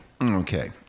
Okay